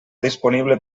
disponible